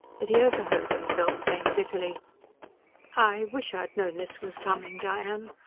but he overheard himself saying bitterly i wish i'd known this was coming, diane.